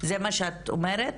זה מה שאת אומרת?